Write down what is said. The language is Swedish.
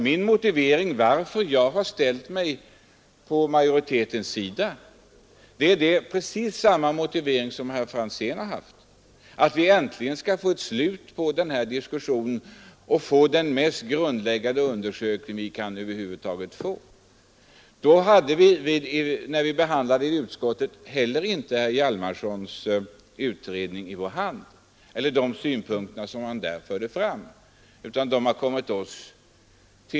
Min motivering varför jag har ställt mig på majoritetens sida är precis densamma som herr Franzéns — att vi äntligen skall få slut på denna diskussion och få den mest grundläggande undersökning vi över huvud taget kan åstadkomma. När vi behandlade frågan i utskottet hade vi heller inte i vår hand herr Hjalmarsons utredning och de synpunkter han där fört fram.